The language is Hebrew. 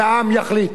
והעם יחליט.